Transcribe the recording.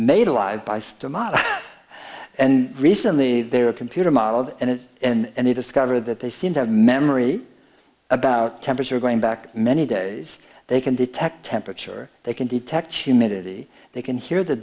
modern and recently there are computer modeled and it and they discovered that they seem to have memory about temperature going back many days they can detect temperature they can detect humidity they can hear the